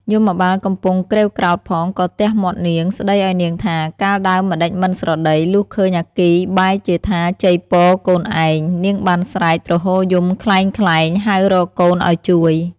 យមបាលកំពុងក្រេវក្រោធផង ក៏ទះមាត់នាង ស្តីឱ្យនាងថា កាលដើមម្តេចមិនស្រដី លុះឃើញអគ្គិបែរជាថាចីពរកូនឯង នាងបានស្រែក ទ្រហោយំក្លែងៗ ហៅរកកូនឱ្យជួយ ។